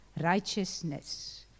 righteousness